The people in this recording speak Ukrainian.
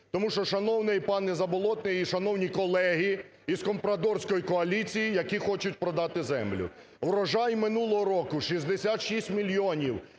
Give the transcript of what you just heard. Тому що, шановний пане Заболотний і шановні колеги із "компрадорської коаліції", які хочуть продати землю. Врожай минулого року 66 мільйонів